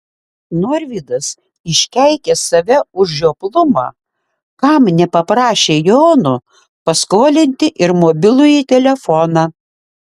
norvydas iškeikė save už žioplumą kam nepaprašė jono paskolinti ir mobilųjį telefoną